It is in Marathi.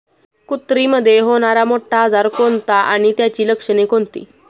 कुत्रीमध्ये होणारा मोठा आजार कोणता आणि त्याची लक्षणे कोणती?